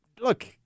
look